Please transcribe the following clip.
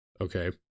Okay